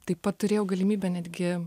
taip pat turėjau galimybę netgi